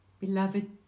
beloved